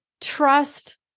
trust